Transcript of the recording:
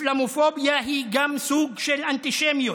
אסאלמופוביה היא גם סוג של אנטישמיות,